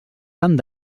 tant